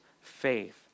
faith